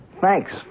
Thanks